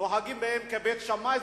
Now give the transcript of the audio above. נוהגים בהם כבית שמאי.